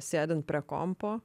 sėdint prie kompo